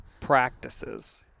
practices